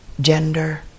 gender